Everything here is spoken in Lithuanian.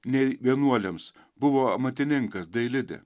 nei vienuoliams buvo amatininkas dailidė